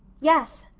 yes.